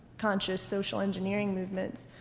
conscious social engineering movements,